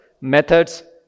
methods